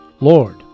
Lord